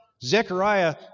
Zechariah